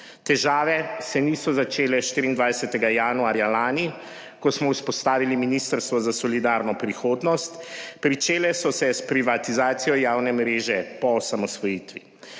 težave se niso začele 24. januarja lani, ko smo vzpostavili ministrstvo za solidarno prihodnost. Pričele so se s privatizacijo javne mreže po osamosvojitvi.